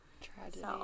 Tragedy